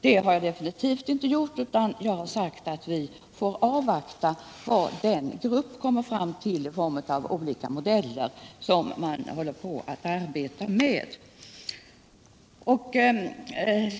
Det har jag definitivt inte sagt, utan jag har sagt att vi bör avvakta vad den grupp som nu arbetar kommer fram till i form av olika modeller.